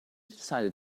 decided